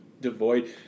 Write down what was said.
devoid